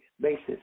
basis